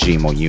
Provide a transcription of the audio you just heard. Gmo